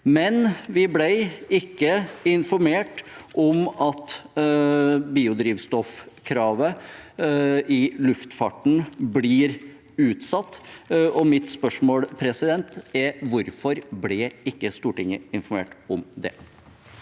men vi ble ikke informert om at biodrivstoffkravet i luftfarten blir utsatt. Mitt spørsmål er: Hvorfor ble ikke Stortinget informert om det?